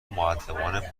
مودبانه